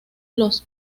los